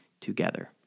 together